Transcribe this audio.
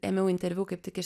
ėmiau interviu kaip tik iš